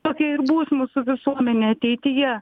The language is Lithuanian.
tokia ir bus mūsų visuomenė ateityje